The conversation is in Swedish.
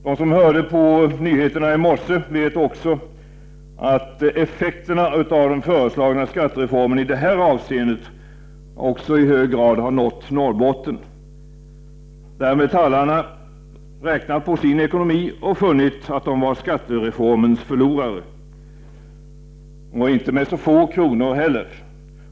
De som lyssnade på nyheterna i morse vet också att effekterna av den föreslagna skattereformen i det här avseendet också i hög grad har nått Norrbotten, där metallarna räknat på sin ekonomi och funnit att de var skattereformens förlorare — inte med så få kronor heller.